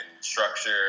structure